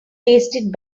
tasted